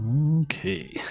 Okay